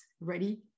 ready